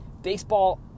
baseball